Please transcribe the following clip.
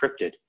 encrypted